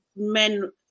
Men